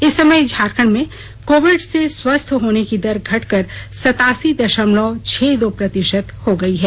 इस समय झारखंड में कोविड से स्वस्थ होने की दर घटकर सतासी दशमलव छह दो प्रतिशत हो गई है